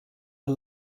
are